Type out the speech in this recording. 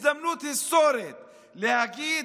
הזדמנות היסטורית להגיד: